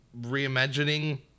reimagining